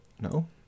No